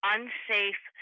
Unsafe